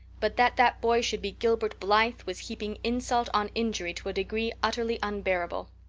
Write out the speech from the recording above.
but that that boy should be gilbert blythe was heaping insult on injury to a degree utterly unbearable.